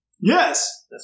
Yes